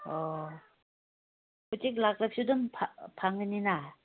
ꯑꯣ ꯍꯧꯖꯤꯛ ꯂꯥꯛꯂꯁꯨ ꯑꯗꯨꯝ ꯐꯪꯒꯅꯤꯅ